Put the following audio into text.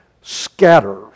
scatters